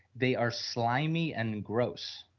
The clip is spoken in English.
they are slimy and gross,